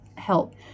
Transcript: help